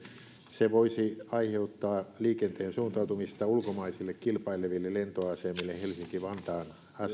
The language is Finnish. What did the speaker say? se voisi aiheuttaa liikenteen suuntautumista ulkomaisille kilpaileville lentoasemille helsinki vantaan